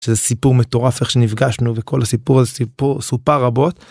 סיפור מטורף איך שנפגשנו וכל הסיפור הסיפור סופר רבות.